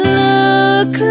look